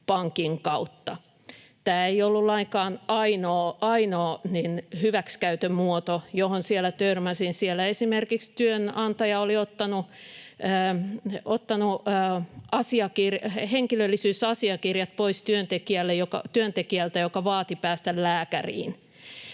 pankin kautta. Tämä ei ollut lainkaan ainoa hyväksikäytön muoto, johon siellä törmäsin. Siellä esimerkiksi työnantaja oli ottanut henkilöllisyysasiakirjat pois työntekijältä, joka vaati päästä lääkäriin.